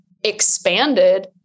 expanded